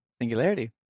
Singularity